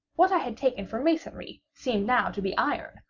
what i had taken for masonry seemed now to be iron,